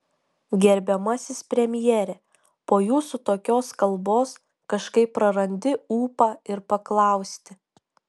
gerbiamasis premjere po jūsų tokios kalbos kažkaip prarandi ūpą ir paklausti